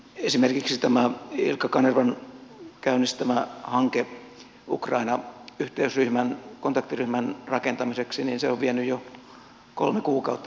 esimerkiksi tämä ilkka kanervan käynnistämä hanke ukraina yhteysryhmän kontaktiryhmän ra kentamiseksi on vienyt jo kolme kuukautta